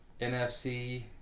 NFC